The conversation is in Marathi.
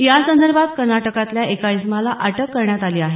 या संदर्भात कर्नाटकातल्या एका इसमाला अटक करण्यात आली आहे